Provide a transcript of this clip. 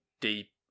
deep